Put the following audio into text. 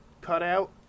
Cutout